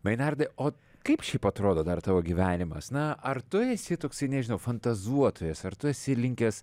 meinardai o kaip šiaip atrodo dar tavo gyvenimas na ar tu esi toksai nežinau fantazuotojas ar tu esi linkęs